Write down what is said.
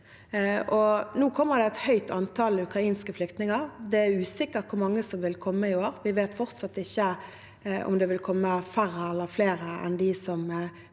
Nå kommer et høyt antall ukrainske flyktninger. Det er usikkert hvor mange som vil komme i år – vi vet fortsatt ikke om det vil komme færre eller flere enn dem